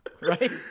Right